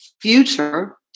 future